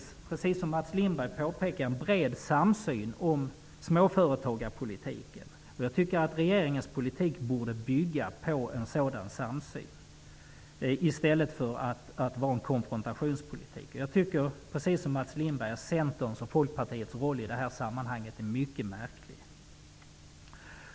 Precis som Mats Lindberg påpekade finns en bred samsyn om småföretagarpolitiken. Jag tycker att regeringens politik borde bygga på en sådan samsyn i stället för att vara en konfrontationspolitik. Precis som Mats Lindberg tycker jag att Centerns och Folkpartiets roll i detta sammanhang är mycket märklig.